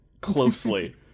closely